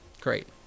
great